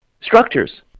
structures